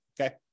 okay